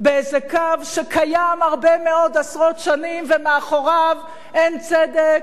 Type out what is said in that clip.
באיזה קו שקיים הרבה מאוד עשרות שנים ומאחוריו אין צדק,